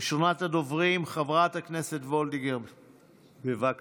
ראשונת הדוברים, חברת הכנסת וולדיגר, בבקשה.